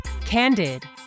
candid